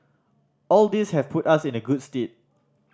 all these have put us in the good stead